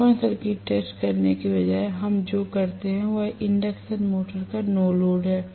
open circuit test करने के बजाय हम जो करते हैं वह इंडक्शन मोटर का नो लोड है